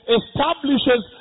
establishes